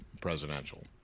presidential